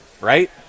right